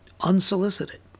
unsolicited